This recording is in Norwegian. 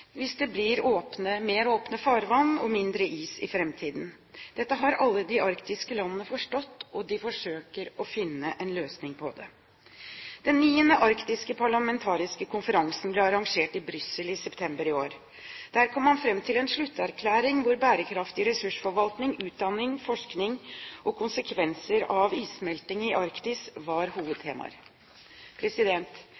hvis det blir mer åpne farvann og mindre is i framtiden. Dette har alle de arktiske landene forstått, og de forsøker å finne en løsning på det. Den niende arktiske parlamentarikerkonferansen ble arrangert i Brussel i september i år. Der kom man fram til en slutterklæring hvor bærekraftig ressursforvaltning, utdanning, forskning og konsekvenser av issmelting i Arktis var